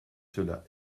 cela